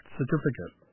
certificate